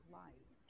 life